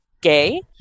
gay